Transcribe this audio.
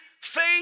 faith